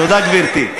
תודה, גברתי.